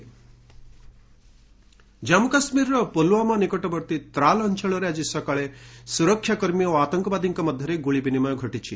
JK encounter Jammu କାଶ୍ମୀରର ପୁଲୱାମା ନିକଟବର୍ତ୍ତୀ ତ୍ରାଲ୍ ଅଞ୍ଚଳରେ ଆଜି ସକାଳେ ସୁରକ୍ଷାକର୍ମୀ ଓ ଆତଙ୍କବାଦୀଙ୍କ ମଧ୍ୟରେ ଗୁଳି ବିନିମୟ ଘଟିଛି